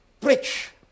Preach